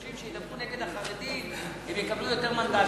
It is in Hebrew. הם חושבים שידברו נגד החרדים, יקבלו יותר מנדטים.